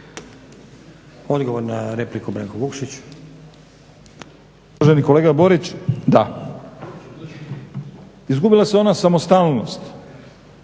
Odgovor na repliku, Ivan Šuker.